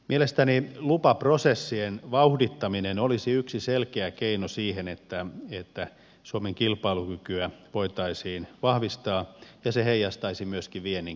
mielestäni lupaprosessien vauhdittaminen olisi yksi selkeä keino siihen että suomen kilpailukykyä voitaisiin vahvistaa ja se heijastuisi myöskin viennin kehitykseen